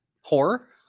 horror